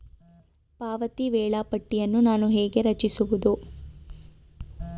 ಪಾವತಿ ವೇಳಾಪಟ್ಟಿಯನ್ನು ನಾನು ಹೇಗೆ ರಚಿಸುವುದು?